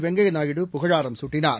வெங்கைய நாயுடு புகழாரம் சூட்டினார்